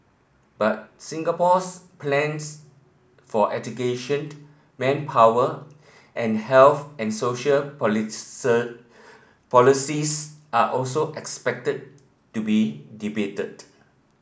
but Singapore's plans for education manpower and health and social policies are also expected to be debated